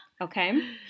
Okay